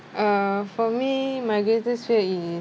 uh for me magazine